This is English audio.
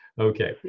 Okay